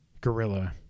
Gorilla